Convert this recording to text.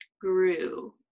grew